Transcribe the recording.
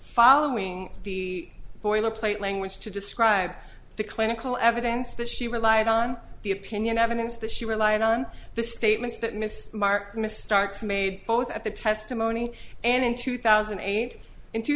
following the boilerplate language to describe the clinical evidence that she relied on the opinion evidence that she relied on the statements that miss marr missed starts made both at the testimony and in two thousand and eight in two